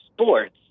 sports